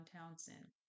Townsend